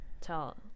tell